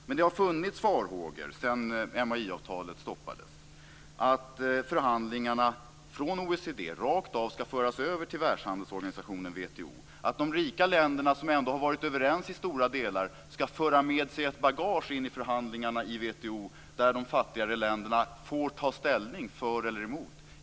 Men det har funnits farhågor sedan MAI-avtalet stoppades att förhandlingarna skall föras över rakt av från OECD till världshandelsorganisationen WTO och att de rika länderna, som ändå har varit överens i stora delar, skall föra med sig ett bagage in i förhandlingarna i WTO där de fattigare länderna får ta ställning för eller emot.